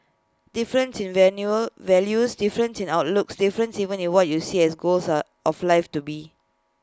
differences in value values differences in outlooks differences even in what we see as goals of life to be